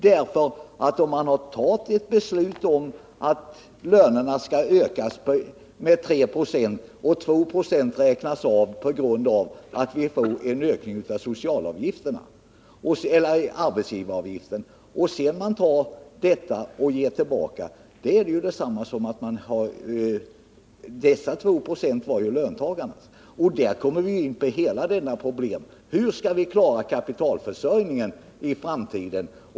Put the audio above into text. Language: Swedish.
Om man har fattat ett beslut om att lönerna skall höjas med 3 26 men att 2 26 räknas av, på grund av att arbetsgivaravgiften höjs, innebär ju det att dessa 2 26 var löntagarnas. I det sammanhanget kommer vi in på hela den problematik som gäller hur vi skall klara kapitalförsörjningen i framtiden.